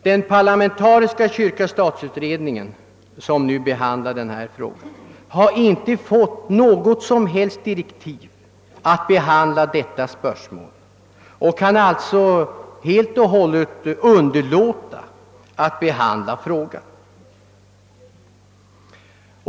Den parlamentariska kyrkastat-utredningen, som arbetar nu, har inte fått något som helst direktiv att behandla detta spörsmål och kan alltså helt och hållet underlåta att ta upp det.